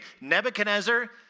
Nebuchadnezzar